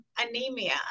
anemia